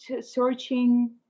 searching